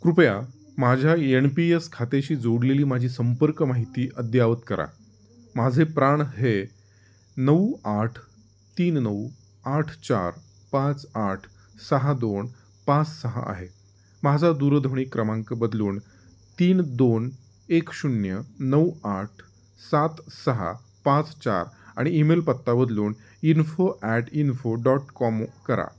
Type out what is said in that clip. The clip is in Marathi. कृपया माझ्या यन पी यस खात्याशी जोडलेली माझी संपर्क माहिती अद्ययावत करा माझे प्राण हे नऊ आठ तीन नऊ आठ चार पाच आठ सहा दोन पाच सहा आहे माझा दूरध्वनी क्रमांक बदलून तीन दोन एक शून्य नऊ आठ सात सहा पाच चार आणि ईमेल पत्ता बदलून info at info dot com करा